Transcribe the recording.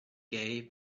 gay